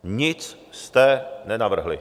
Nic jste nenavrhli.